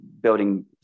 building